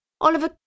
Oliver